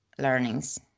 learnings